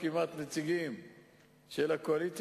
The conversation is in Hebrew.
אולי אסיים בעניין הזה,